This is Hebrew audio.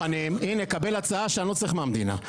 הינה, קבל התנעה שאני לא צריך מהמדינה.